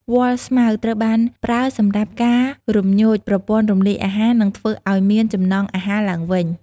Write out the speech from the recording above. វល្លិស្មៅ ត្រូវបានប្រើសម្រាប់ការរំញោចប្រព័ន្ធរំលាយអាហារ និងធ្វើអោយមានចំណង់អាហារឡើងវិញ។